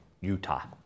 Utah